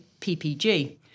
PPG